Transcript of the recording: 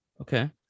Okay